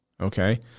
okay